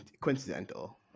coincidental